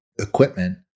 equipment